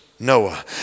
Noah